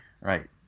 Right